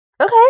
Okay